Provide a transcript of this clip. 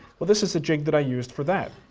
well this is a jig that i used for that,